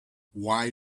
why